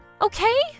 Okay